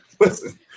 Listen